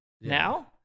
now